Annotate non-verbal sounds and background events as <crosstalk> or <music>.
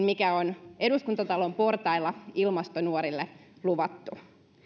<unintelligible> mikä on eduskuntatalon portailla ilmastonuorille luvattu